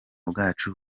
bwacu